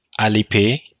Alipay